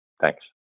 Thanks